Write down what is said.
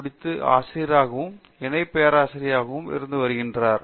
முடித்து ஆசிரியராகவும் இணை பேராசிரியராகவும் இருந்து வருகிறார்